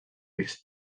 vist